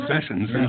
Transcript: sessions